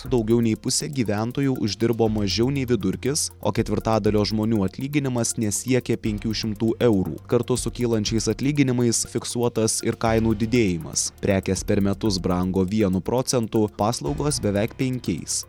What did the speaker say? daugiau nei pusė gyventojų uždirbo mažiau nei vidurkis o ketvirtadalio žmonių atlyginimas nesiekia penkių šimtų eurų kartu su kylančiais atlyginimais fiksuotas ir kainų didėjimas prekės per metus brango vienu procentu paslaugos beveik penkiais